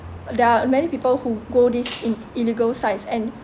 there are many people who go this il~ illegal sites and